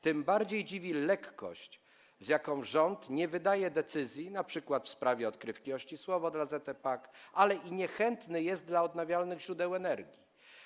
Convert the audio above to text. Tym bardziej dziwi lekkość, z jaką rząd nie wydaje decyzji np. w sprawie odkrywki Ościsłowo dla ZE PAK, ale i niechętny jest dla odnawialnych źródeł energii.